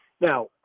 Now